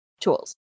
tools